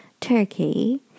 turkey